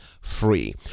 free